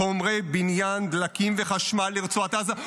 חומרי בניין, דלקים וחשמל לרצועת עזה.